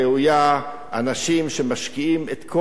אנשים שמשקיעים את כל מרצם,